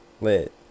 Lit